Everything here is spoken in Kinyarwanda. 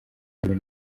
ibintu